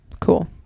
Cool